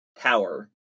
tower